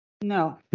No